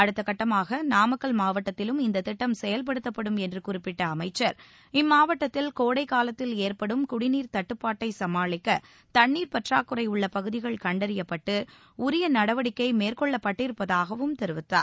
அடுத்த கட்டமாக நாமக்கல் மாவட்டத்திலும் இந்த திட்டம் செயல்படுத்தப்படும் என்று குறிப்பிட்ட அமைச்சர் இம்மாவட்டத்தில் கோடைகாலத்தில் ஏற்படும் குடிநீர் தட்டுப்பாட்டை சமாளிக்க தண்ணீர் பற்றாக்குறை உள்ள பகுதிகள் கண்டறியப்பட்டு உரிய நடவடிக்கை மேற்கொள்ளப்பட்டிருப்பதாகவும் தெரிவித்தார்